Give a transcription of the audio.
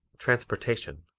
transportation